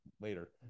later –